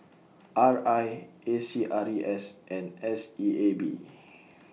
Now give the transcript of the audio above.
R I A C R E S and S E A B